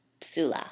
psula